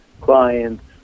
clients